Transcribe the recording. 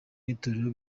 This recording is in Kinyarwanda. n’itorero